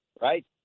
right